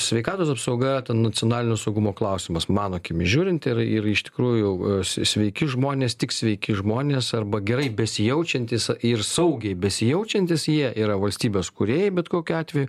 sveikatos apsauga nacionalinio saugumo klausimas mano akimis žiūrint ir ir iš tikrųjų s sveiki žmonės tik sveiki žmonės arba gerai besijaučiantys a ir saugiai besijaučiantys jie yra valstybės kūrėjai bet kokiu atveju